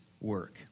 work